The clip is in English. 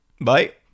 bye